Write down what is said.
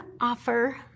offer